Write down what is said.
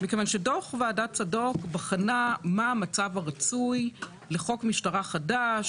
מכיוון שדוח ועדת צדוק בחנה מה המצב הרצוי לחוק משטרה חדש,